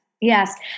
Yes